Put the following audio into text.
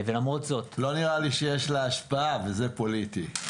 לא נראה לי שיש לה השפעה, וזה פוליטי.